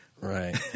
Right